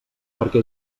perquè